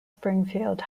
springfield